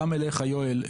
גם לך יואל,